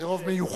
זה רוב מיוחד.